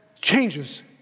changes